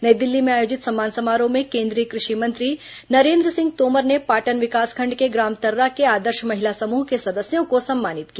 नई दिल्ली में आयोजित सम्मान समारोह में केंद्रीय कृषि मंत्री नरेन्द्र सिंह तोमर ने पाटन विकासखंड के ग्राम तर्रा के आदर्श महिला समूह के सदस्यों को सम्मानित किया